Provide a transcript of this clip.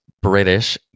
British